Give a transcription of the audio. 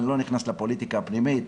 אני לא נכנס לפוליטיקה הפנימית,